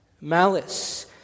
malice